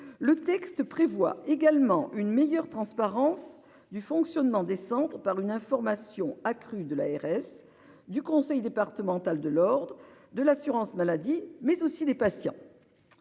Le texte prévoit également une meilleure transparence du fonctionnement descente par une information accrue de l'ARS du conseil départemental de l'ordre de l'assurance maladie, mais aussi des patients.